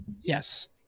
yes